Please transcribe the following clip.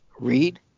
Read